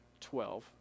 Twelve